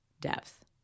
depth